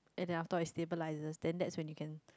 and then afterall it stabalises then that's when you can